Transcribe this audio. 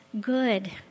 good